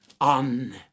on